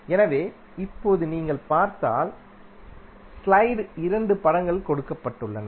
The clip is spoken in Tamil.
எனவே இப்போது நீங்கள் பார்த்தால் ஸ்லைடில் இரண்டு படங்கள் கொடுக்கப்பட்டுள்ளன